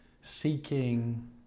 seeking